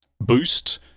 boost